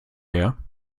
her